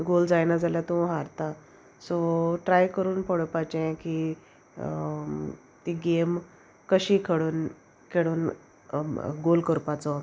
गोल जायना जाल्यार तूं हारता सो ट्राय करून पळोवपाचें की ती गेम कशी खडून खेळून गोल कोरपाचो